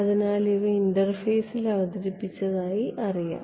അതിനാൽ ഇവ ഇന്റർഫേസിൽ അവതരിപ്പിച്ചതായി അറിയാം